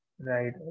Right